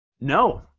No